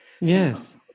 Yes